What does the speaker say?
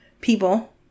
people